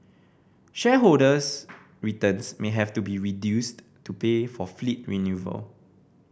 shareholders returns may have to be reduced to pay for fleet renewal